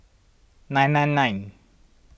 nine nine nine